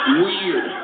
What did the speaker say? weird